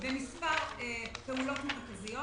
במספר פעולות מרכזיות.